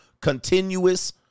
continuous